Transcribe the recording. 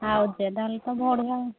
ଆଉ ଯେ ତାହଲେ ତ ଭଲ ବା